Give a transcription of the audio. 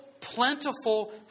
plentiful